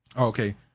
Okay